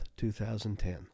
2010